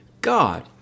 God